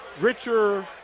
richer